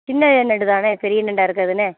சின்ன நண்டு தானே பெரிய நண்டாக இருக்காது என்ன